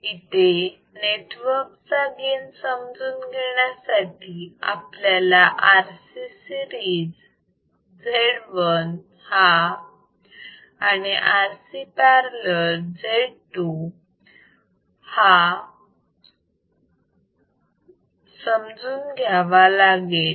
इथे नेटवर्क चा गेन समजून घेण्यासाठी आपल्याला RC सिरीज Z1 हा आणि RC पॅरलल Z2 हा म्हणून समजून घ्यावा लागेल